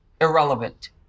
irrelevant